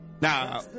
Now